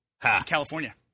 California